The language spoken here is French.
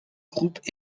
groupes